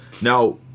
now